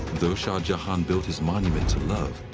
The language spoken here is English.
though shah jahan built his monument to love,